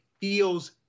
feels